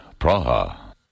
Praha